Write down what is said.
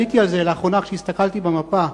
עליתי על זה לאחרונה כשהסתכלתי במפה.